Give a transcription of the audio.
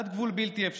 עד גבול הבלתי-אפשרי.